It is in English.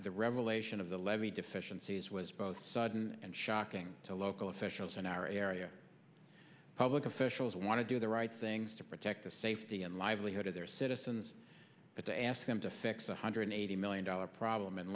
the revelation of the levee deficiencies was both sudden and shocking to local officials in our area public officials want to do the right things to protect the safety and livelihood of their citizens but to ask them to fix one hundred eighty million dollars problem in